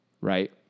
Right